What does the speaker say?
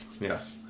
Yes